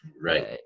right